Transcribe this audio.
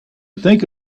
think